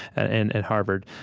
and at harvard,